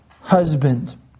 husband